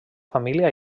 família